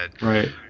Right